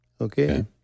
Okay